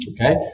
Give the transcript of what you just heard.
Okay